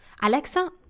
Alexa